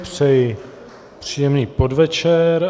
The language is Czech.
Přeji příjemný podvečer.